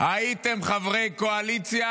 הייתם חברי קואליציה